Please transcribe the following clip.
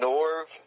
Norv